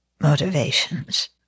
motivations